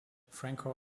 franco